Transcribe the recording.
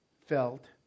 felt